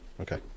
Okay